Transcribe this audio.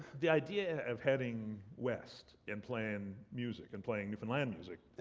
the idea of heading west and playing music, and playing newfoundland music,